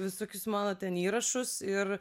visokius mano ten įrašus ir